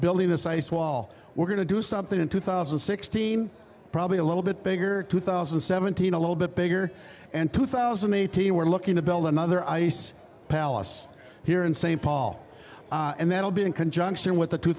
building this ice wall we're going to do something in two thousand and sixteen probably a little bit bigger two thousand and seventeen a little bit bigger and two thousand eighty we're looking to build another ice palace here in st paul and that will be in conjunction with the two